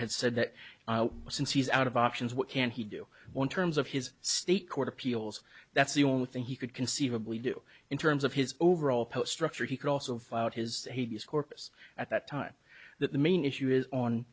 had said that since he's out of options what can he do on terms of his state court appeals that's the only thing he could conceivably do in terms of his overall post structure he could also find out his he is corpus at that time that the main issue is on